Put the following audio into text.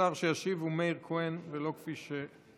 השר שישיב הוא מאיר כהן, ולא כפי שפורסם.